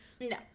No